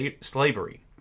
slavery